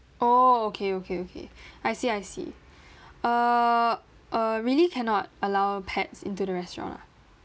oh okay okay okay I see I see err uh really cannot allow pets into the restaurant ah